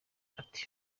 ati